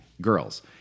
Girls